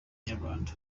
inyarwanda